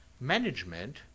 management